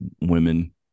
women